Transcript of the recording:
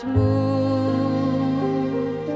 move